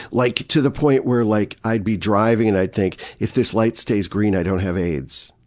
like to the point where like i'd be driving and i'd think, if this light stays green, i don't have aids'.